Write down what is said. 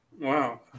wow